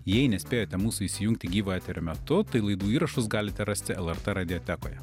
jei nespėjote mūsų įsijungti gyvo eterio metu tai laidų įrašus galite rasti lrt radiotekoje